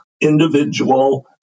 individual